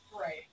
Right